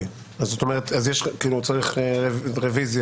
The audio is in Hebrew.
אז צריך רוויזיה?